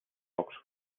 pocs